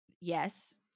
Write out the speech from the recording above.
Yes